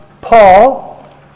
Paul